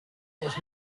has